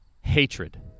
hatred